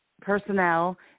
personnel